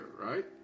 right